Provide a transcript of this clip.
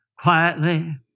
quietly